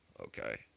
Okay